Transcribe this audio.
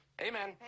Amen